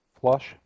flush